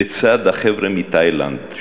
לצד החבר'ה מתאילנד,